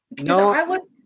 No